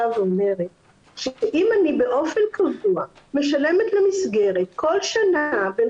ואומרת שאם אני באופן קבוע משלמת למסגרת כל שנה בין